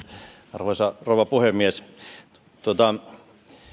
arvoisa rouva puhemies